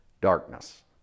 darkness